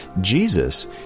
Jesus